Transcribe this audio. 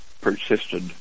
persisted